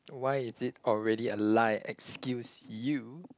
why is it already a lie excuse you